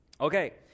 Okay